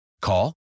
Call